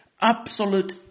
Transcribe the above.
Absolute